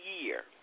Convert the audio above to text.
year